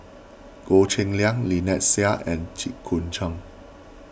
Goh Cheng Liang Lynnette Seah and Jit Koon Ch'ng